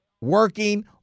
working